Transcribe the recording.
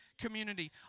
community